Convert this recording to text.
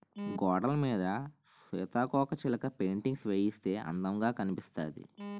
గోడలమీద సీతాకోకచిలక పెయింటింగ్స్ వేయిస్తే అందముగా కనిపిస్తాది